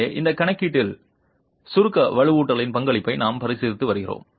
எனவே இந்த கணக்கீட்டில் சுருக்க வலுவூட்டலின் பங்களிப்பை நாம் பரிசீலித்து வருகிறோம்